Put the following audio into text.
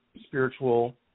spiritual